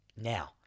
now